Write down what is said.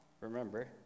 remember